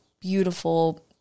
beautiful